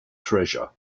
treasure